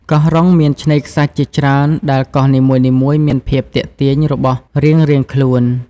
កោះរ៉ុងមានឆ្នេរខ្សាច់ជាច្រើន ដែលកោះនីមួយៗមានភាពទាក់ទាញរបស់រៀងៗខ្លួន។